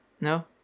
No